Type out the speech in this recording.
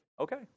Okay